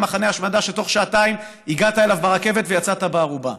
הוא היה מחנה השמדה שבתוך שעתיים הגעת אליו ברכבת ויצאת בארובה.